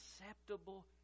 acceptable